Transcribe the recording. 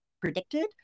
predicted